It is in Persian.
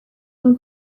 این